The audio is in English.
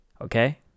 Okay